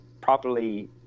properly